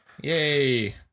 Yay